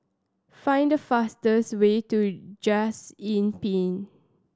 find the fastest way to Just Inn Pine